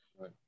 Right